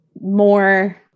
more